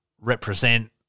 represent